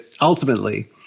ultimately